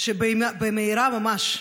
שבמהרה ממש,